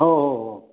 हो हो हो